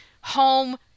home